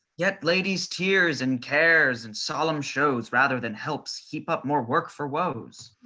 yet lady's tears, and cares, and solemn shows, rather than helps, heap up more work for woes.